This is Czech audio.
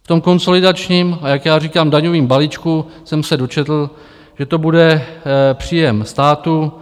V tom konsolidačním a jak já říkám, daňovém balíčku jsem se dočetl, že to bude příjem státu.